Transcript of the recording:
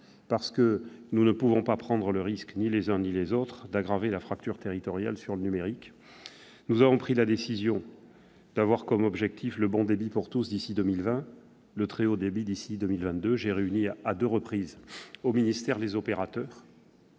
Parce que nous ne pouvons pas prendre le risque, ni les uns ni les autres, d'aggraver la fracture territoriale numérique, nous avons pris la décision d'avoir comme objectif le bon débit pour tous d'ici à 2020, le très haut débit d'ici à 2022. J'ai réuni à deux reprises au ministère les opérateurs,